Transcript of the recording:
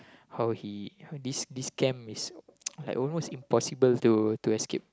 how he this this camp is like almost impossible to to escape